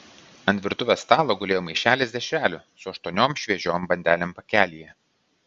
ant virtuvės stalo gulėjo maišelis dešrelių su aštuoniom šviežiom bandelėm pakelyje